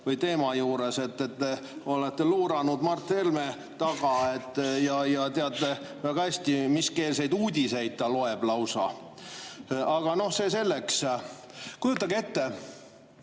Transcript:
teema juures välja, et te olete luuranud Mart Helme taga ja teate väga hästi, miskeelseid uudiseid ta loeb. Aga see selleks. Kujutage ette,